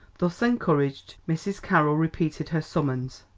thus encouraged mrs. carroll repeated her summons.